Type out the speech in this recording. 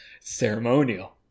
Ceremonial